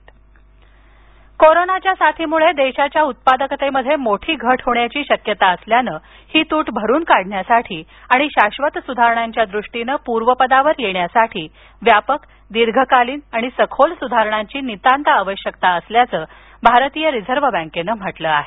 RBI कोरोनाच्या साथीमुळे देशाच्या उत्पादकतेमध्ये मोठी घट होण्याची शक्यता असल्यान ही तूट भरूनकाढण्यासाठी आणि शाश्वत सुधारणांच्या दृष्टीनं पूर्वपदावर येण्यासाठी व्यापक दीर्घकालीन आणि सखोल सुधारणांची नितांत आवश्यकता असल्याचं भारतीय रिझर्व बँकेन म्हटलं आहे